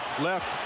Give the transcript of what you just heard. left